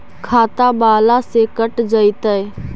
खाता बाला से कट जयतैय?